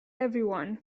everyone